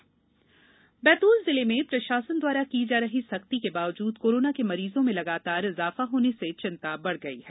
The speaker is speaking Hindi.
बैतूल कोरोना बैतूल जिले में प्रशासन द्वारा की जा रही सख्ती के बावजूद कोरोना के मरीजों में लगातार इजाफा होने से चिंता बढ़ गई है